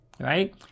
right